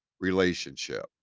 relationship